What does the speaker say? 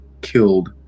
Killed